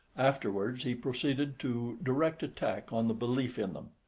afterwards he proceeded to direct attack on the belief in them.